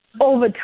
over